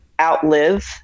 outlive